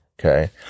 okay